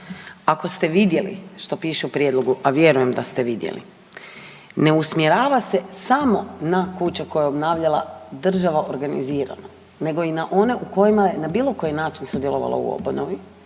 ako ste vidjeli što piše u prijedlogu, a vjerujem da ste vidjeli, ne usmjerava se samo na kuće koje je obnavljala država organizirano nego i na one u kojima je na bilo koji način sudjelovala u obnovi